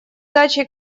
дачей